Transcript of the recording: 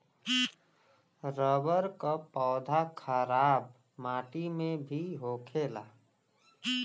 rubber क पौधा खराब माटी में भी होखेला